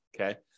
Okay